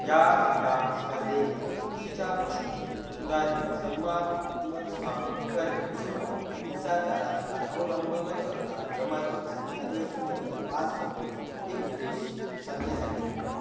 या क्रीडा स्पर्धेने चुकीच्या गोष्टी सुधारणे सन्मान पुनर्स्थापित करणे किंवा हिंसाचाराचा अवलंब न करता जमाती आणि आदिवासींमधले वाद सोडवणे हे उद्देश्य साध्य झाले